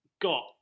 got